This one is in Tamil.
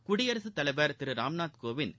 குடியரசுத் தலைவர் திரு ராம்நாத் கோவிந்த்